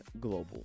Global